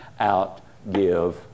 outgive